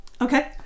Okay